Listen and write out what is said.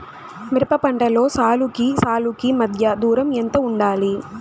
మిరప పంటలో సాలుకి సాలుకీ మధ్య దూరం ఎంత వుండాలి?